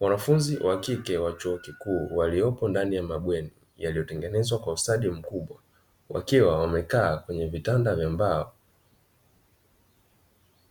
Wanafunzi wa kike wa chuo kikuu waliopo ndani ya mabweni, yaliyotengenezwa kwa ustadi mkubwa, wakiwa wamekaa kwenye vitanda vya mbao.